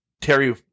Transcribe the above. Terry